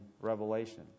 Revelation